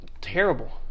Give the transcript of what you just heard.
terrible